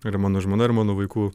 yra mano žmona ir mano vaikų